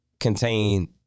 contain